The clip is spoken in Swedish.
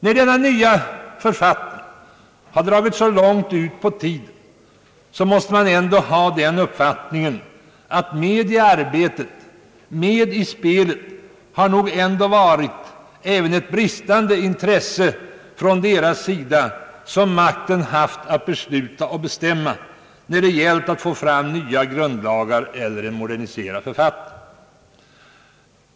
När den nya författningen har dragit så långt ut på tiden måste man ändå anse att orsaken härtill är att med i spelet har nog varit elt bristande intresse från deras sida som makten haft att besluta och bestämma när det gällt att få fram nya grundlagar eller modernisera författningen.